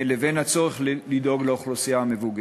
לבין הצורך לדאוג לאוכלוסייה המבוגרת.